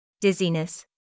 Dizziness